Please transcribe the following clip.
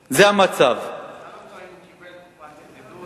שזה צמיחה וגדילה, חבר הכנסת דב חנין,